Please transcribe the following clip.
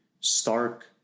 stark